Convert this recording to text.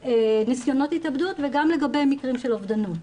ניסיונות התאבדות וגם לגבי מקרים של אובדנות.